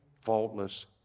faultless